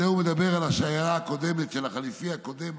בזה הוא מדבר על השיירה הקודמת של החליפי הקודם,